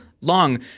long